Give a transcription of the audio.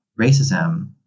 racism